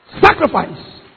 Sacrifice